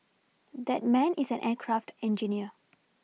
that man is an aircraft engineer